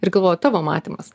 ir galvoju tavo matymas